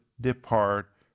depart